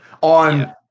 on